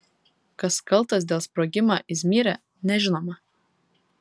kas kaltas dėl sprogimą izmyre nežinoma